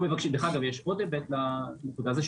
יש עוד היבט לנקודה הזאת,